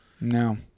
No